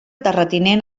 terratinent